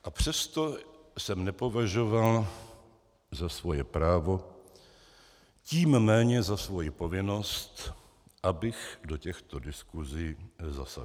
A přesto jsem nepovažoval za svoje právo, tím méně za svoji povinnost, abych do těchto diskusí zasahoval.